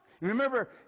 Remember